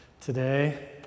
today